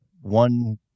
one